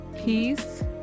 peace